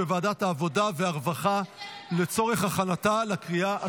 חרבות ברזל) (הוראות מיוחדות לעניין הרחבת הסכם קיבוצי